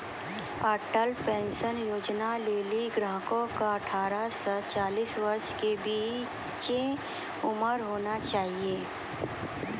Atal pension योजना लेली ग्राहक के अठारह से चालीस वर्ष के बीचो उमर होना चाहियो